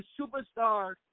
superstar